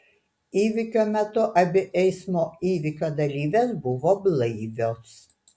įvykio metu abi eismo įvykio dalyvės buvo blaivios